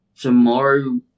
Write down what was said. tomorrow